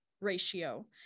ratio